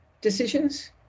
decisions